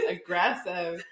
Aggressive